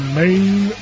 main